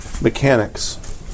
mechanics